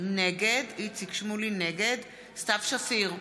נגד סתיו שפיר,